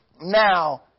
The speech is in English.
now